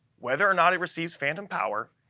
whether or not it receives phantom power,